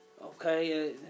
okay